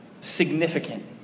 significant